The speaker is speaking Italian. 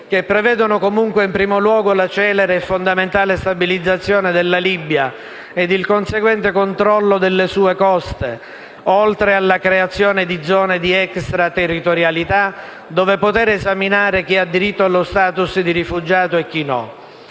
che prevedono comunque, in primo luogo, la celere e fondamentale stabilizzazione della Libia ed il conseguente controllo delle sue coste, oltre alla creazione di zone di extraterritorialità, dove poter esaminare chi ha diritto allo *status* di rifugiato e chi no.